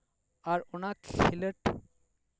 ᱟᱨ ᱚᱱᱟ ᱠᱷᱮᱞᱳᱰ